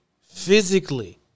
Physically